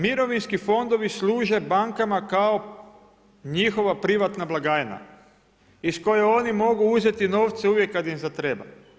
Mirovinski fondovi služe bankama kao njihova privatna blagajna iz koje oni mogu uzeti novce uvijek kad im zatreba.